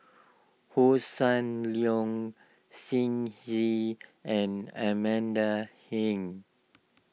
Hossan Leong Shen Xi and Amanda Heng